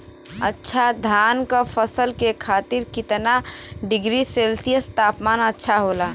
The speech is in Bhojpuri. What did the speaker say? अच्छा धान क फसल के खातीर कितना डिग्री सेल्सीयस तापमान अच्छा होला?